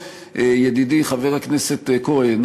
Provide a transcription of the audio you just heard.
ידידי חבר הכנסת כהן,